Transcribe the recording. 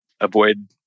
avoid